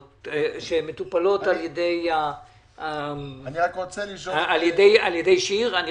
שמטופלות על-ידי --- אני רוצה להגיד שאנחנו